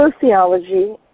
sociology